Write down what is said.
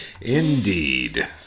indeed